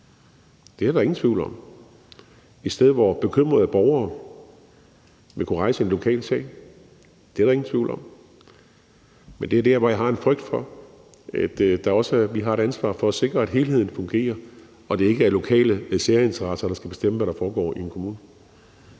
det er der ingen tvivl om, et sted, hvor bekymrede borgere vil kunne rejse en lokal sag. Det er der ingen tvivl om. Men det er der, hvor vi også har et ansvar for at sikre, at helheden fungerer, og at det ikke er lokale særinteresser, der skal bestemme, hvad der foregår i en kommune.